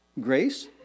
Grace